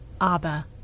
Abba